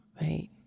right